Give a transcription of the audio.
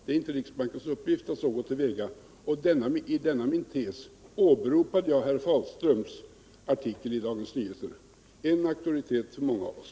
Det är inte riksbankens uppgift att agera för att få vinst. För denna min tes åberopade jag herr Fahlströms artikel i Dagens Nyheter, en auktoritet för många av oss.